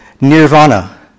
nirvana